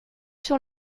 sur